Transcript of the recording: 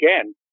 again